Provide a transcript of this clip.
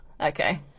Okay